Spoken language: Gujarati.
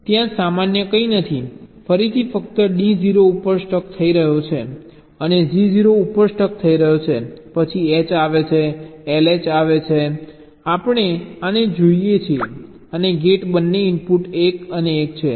ત્યાં સામાન્ય કંઈ નથી ફરીથી ફક્ત D 0 ઉપર સ્ટક થઈ ગયો છે અને G 0 ઉપર સ્ટક થઈ ગયો છે પછી H આવે છે LH આપણે આને જોઈએ છીએ અને ગેટ બંને ઇનપુટ 1 અને 1 છે